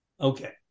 Okay